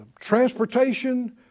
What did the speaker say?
transportation